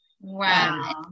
Wow